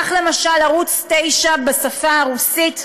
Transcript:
למשל ערוץ 9 בשפה הרוסית,